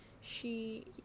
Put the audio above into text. She-